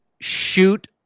shoot